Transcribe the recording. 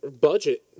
Budget